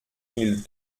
mille